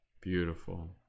Beautiful